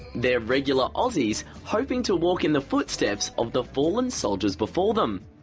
they're regular aussies hoping to walk in the footsteps of the fallen soldiers before them,